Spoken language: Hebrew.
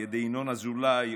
על ידי ינון אזולאי,